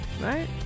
right